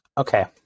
Okay